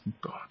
God